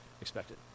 expected